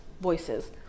voices